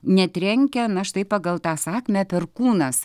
netrenkia na štai pagal tą sakmę perkūnas